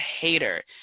hater